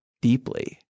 deeply